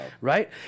right